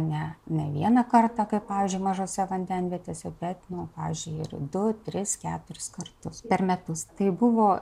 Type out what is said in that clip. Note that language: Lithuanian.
ne ne vieną kartą kai pavyzdžiui mažose vandenvietėse bet nu pavyzdžiui ir du tris keturis kartus per metus taip buvo